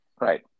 Right